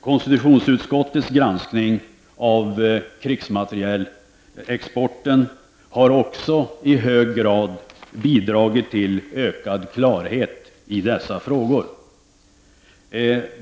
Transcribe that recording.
Konstitutionsutskottets granskning av krigsmaterielexporten har också i hög grad bidragit till ökad klarhet i dessa frågor.